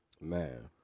Man